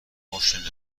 پشت